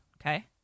Okay